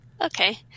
Okay